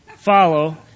follow